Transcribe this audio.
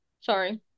Sorry